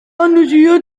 manusia